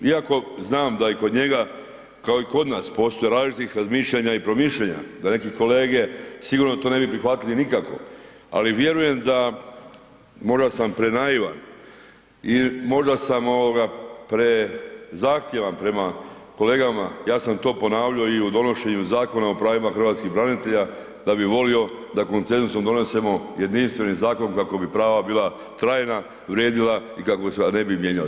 Iako znam da i kod njega kao i kod nas postoji različitih razmišljanja i promišljanja, da neki kolege sigurno to ne bi prihvatili nikako ali vjerujem da, možda sam prenaivan i možda sam prezahtjevan prema kolegama, ja sam to ponavljao i u donošenju Zakona o pravima hrvatskih branitelja da bih volio da konsenzusom donosimo jedinstveni zakon kako bi prava bila trajna, vrijedila i kako se ne bi mijenjali.